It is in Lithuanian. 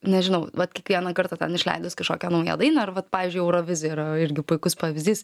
nežinau vat kiekvieną kartą ten išleidus kažkokią naują dainą ar vat pavyzdžiui eurovizija yra irgi puikus pavyzdys